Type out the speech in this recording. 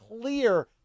clear